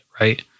right